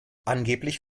angeblich